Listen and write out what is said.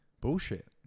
bullshit